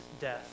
death